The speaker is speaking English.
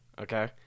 Okay